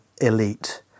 elite